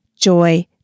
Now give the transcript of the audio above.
joy